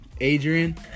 Adrian